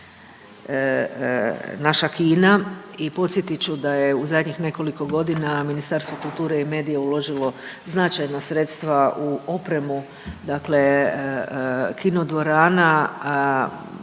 naša kina i podsjetit ću da je u zadnjih nekoliko godina Ministarstvo kulture i medija uložilo značajna sredstva u opremu kinodvorana